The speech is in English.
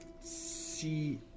see